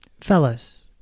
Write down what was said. Fellas